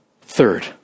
Third